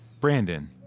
Brandon